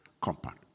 compound